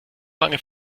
lange